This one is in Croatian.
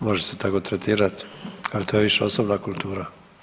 Može se tako tretirat, al to je više osobna kultura.